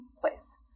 place